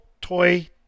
Toy